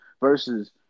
versus